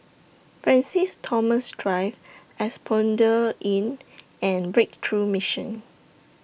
Francis Thomas Drive Asphodel Inn and Breakthrough Mission